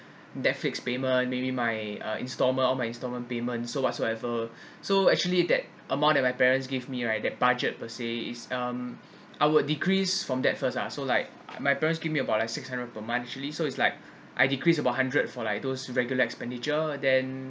Netflix payment maybe my installment all my installment payments so whatsoever so actually that amount that my parents give me right that budget per se is um I'd decreased from that first ah so like my parents give me about like six hundred per month actually so it's like I decrease about hundred for like those regular expenditure then